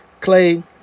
Clay